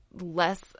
less